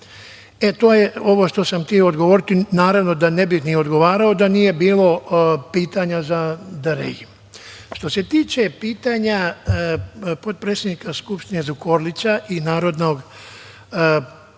To je ovo što sam hteo odgovoriti. Naravno da ne bih ni odgovarao da nije bilo pitanja za DRI.Što se tiče pitanja potpredsednika Skupštine Zukorlića i narodnog poslanika,